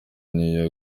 new